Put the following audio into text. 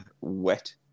wet